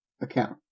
account